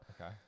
Okay